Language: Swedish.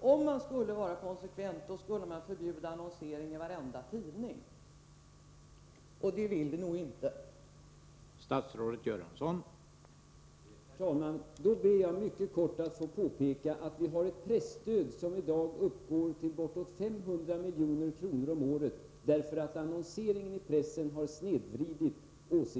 Om man skulle vara konsekvent, skulle man förbjuda annonsering i varenda tidning.